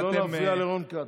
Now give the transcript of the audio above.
חבר'ה, לא להפריע לרון כץ.